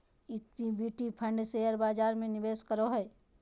equity fund share बजार में निवेश करो हइ